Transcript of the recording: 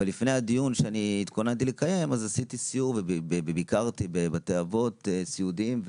אבל לפני הדיון שהתכוננתי לקיים עשיתי סיור וביקרתי בבתי אבות סיעודיים,